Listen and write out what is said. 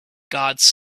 guards